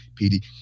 PD